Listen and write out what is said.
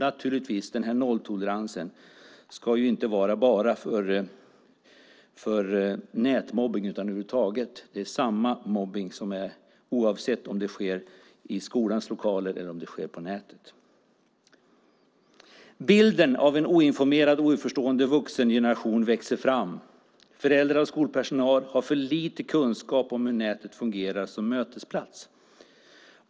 Naturligtvis ska nolltoleransen inte bara gälla nätmobbning utan all mobbning över huvud taget, oavsett om den sker i skolans lokaler eller på nätet. Bilden av en oinformerad och oförstående vuxengeneration växer fram. Föräldrar och skolpersonal har för lite kunskap om hur nätet fungerar som mötesplats.